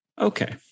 Okay